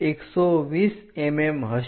OA 120 mm હશે